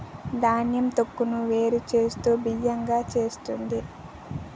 ధాన్యం తొక్కును వేరు చేస్తూ బియ్యం గా చేస్తుంది